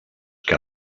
que